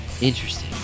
Interesting